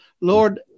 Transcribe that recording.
Lord